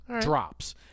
drops